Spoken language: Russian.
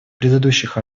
предыдущих